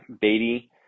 Beatty